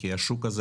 כי השוק הזה,